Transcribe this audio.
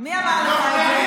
מי אמר לך את זה?